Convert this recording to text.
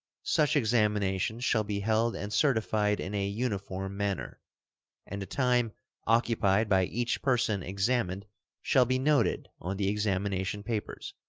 such examinations shall be held and certified in a uniform manner and the time occupied by each person examined shall be noted on the examination papers.